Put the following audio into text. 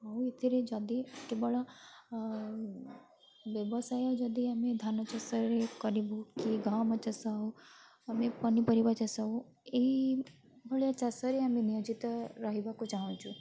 ଆଉ ଏଥିରେ ଯଦି କେବଳ ବ୍ୟବସାୟ ଯଦି ଆମେ ଧାନ ଚାଷରେ କରିବୁ କି ଗହମ ଚାଷ ହଉ ଆମେ ପନିପରିବା ଚାଷ ହଉ ଏଇଭଳିଆ ଚାଷରେ ଆମେ ନିୟୋଜିତ ରହିବାକୁ ଚାଁହୁଛୁ